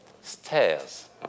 stairs